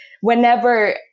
whenever